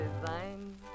design